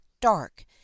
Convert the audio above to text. dark